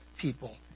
people